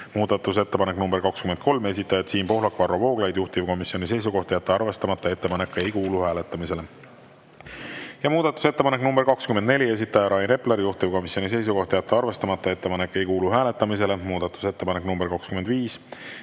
Muudatusettepanek nr 23, esitajad Siim Pohlak, Varro Vooglaid. Juhtivkomisjoni seisukoht on jätta arvestamata. Ettepanek ei kuulu hääletamisele. Muudatusettepanek nr 24, esitaja Rain Epler. Juhtivkomisjoni seisukoht on jätta arvestamata. Ettepanek ei kuulu hääletamisele. Muudatusettepanek nr 25,